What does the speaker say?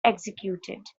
executed